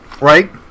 Right